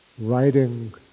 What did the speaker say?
writing